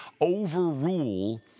overrule